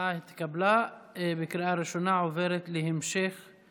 ההצעה להעביר את הצעת חוק ביטוח בריאות ממלכתי (תיקון מס'